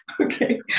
Okay